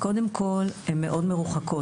קודם כול, הן מאוד מרוחקות.